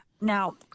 now